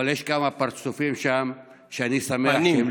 אבל יש כמה פרצופים שם שאני שמח, פָּנִים.